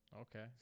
Okay